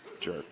Jerk